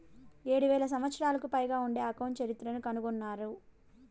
ఏడు వేల సంవత్సరాలకు పైగా ఉండే అకౌంట్ చరిత్రను కనుగొన్నారు